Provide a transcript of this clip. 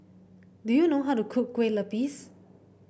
do you know how to cook Kue Lupis